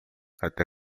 até